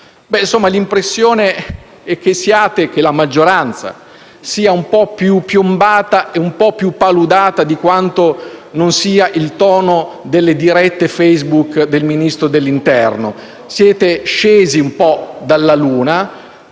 l'impressione è che la maggioranza sia un po' più piombata e più paludata di quanto non sia il tono delle dirette *Facebook* del Ministro dell'interno. Siete scesi un po' dalla luna